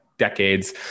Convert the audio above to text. decades